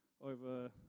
over